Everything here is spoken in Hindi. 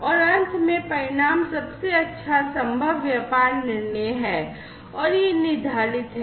और अंत में परिणाम सबसे अच्छा संभव व्यापार निर्णय है और यह निर्धारित है